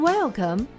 Welcome